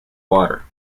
water